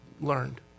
learned